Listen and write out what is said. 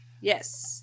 Yes